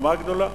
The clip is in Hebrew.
חוכמה גדולה.